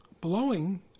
blowing